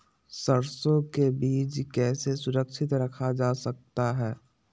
सरसो के बीज कैसे सुरक्षित रखा जा सकता है?